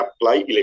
apply